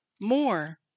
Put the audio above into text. more